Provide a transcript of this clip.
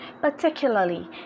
particularly